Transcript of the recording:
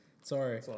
sorry